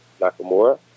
Nakamura